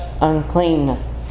uncleanness